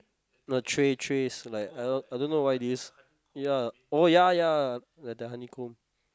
no tray trays like I I don't know why this ya oh ya ya the the honeycomb